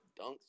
dunks